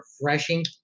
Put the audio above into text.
refreshing